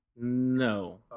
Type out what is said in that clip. no